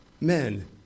men